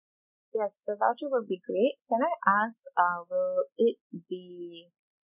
yes the voucher will be great can I ask uh will it be